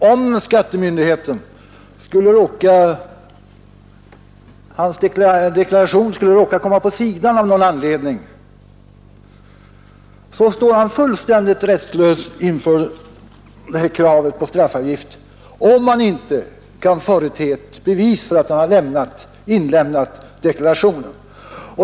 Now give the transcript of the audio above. Om hans deklaration skulle råka komma på sidan av någon anledning står han helt rättslös inför kravet på straffavgift, när han inte kan förete ett bevis för att han inlämnat deklaration.